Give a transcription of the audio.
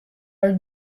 are